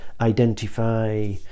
identify